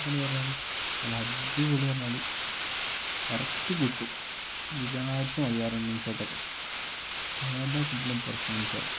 അതൊക്കെ എന്ന് പറഞ്ഞാൽ നല്ല അടിപൊളി പറഞ്ഞാൽ കറക്റ്റ് കിട്ടും വിചാരിച്ച മാതിരി ആ റണ്ണിങ് ഷോട്ട് ഒക്കെ ഏതാണ് കിടിലം പെർഫോമൻസ്റും